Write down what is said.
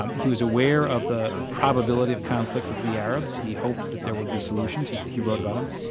um he was aware of the probability of conflict with the arabs. he hoped that there would be solutions he he wrote about them.